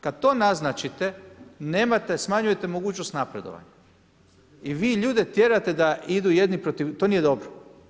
Kada to naznačite smanjujete mogućnost napredovanja i vi ljude tjerate da idu jedni protiv, to nije dobro.